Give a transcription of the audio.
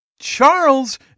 Charles